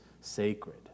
sacred